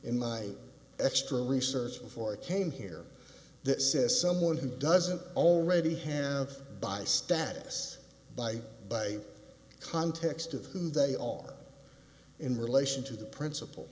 in my extra research before i came here that says someone who doesn't already have by status by by context of who they are in relation to the principal